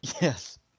Yes